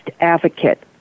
advocate